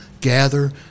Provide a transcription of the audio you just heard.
gather